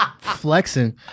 flexing